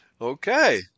Okay